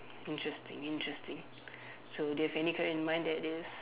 interesting interesting so do you have any career in mind that is